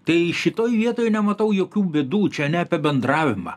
tai šitoj vietoj nematau jokių bėdų čia ne apie bendravimą